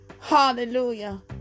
Hallelujah